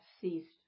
ceased